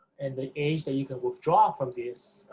and the age that you can withdraw from this,